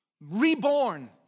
reborn